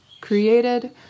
created